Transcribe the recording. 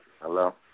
Hello